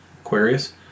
Aquarius